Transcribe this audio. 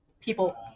people